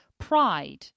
Pride